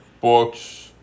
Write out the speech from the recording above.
books